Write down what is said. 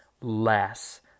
less